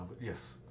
Yes